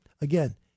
again